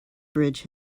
bridge